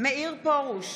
מאיר פרוש,